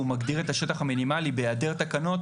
מגדיר את השטח המינימלי בהעדר תקנות,